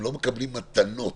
הם לא מקבלים מתנות.